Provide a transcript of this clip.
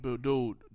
dude